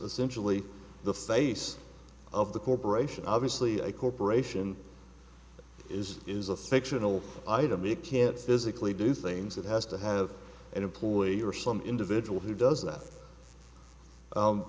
essentially the face of the corporation obviously a corporation is is a fictional item you can't physically do things it has to have an employee or some individual who does that